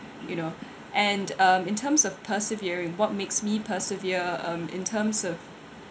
you know and um in terms of persevering what makes me persevere um in terms of